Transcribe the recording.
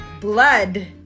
blood